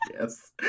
Yes